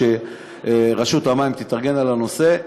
כשרשות המים תתארגן על הנושא,